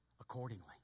accordingly